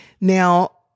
Now